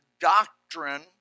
doctrine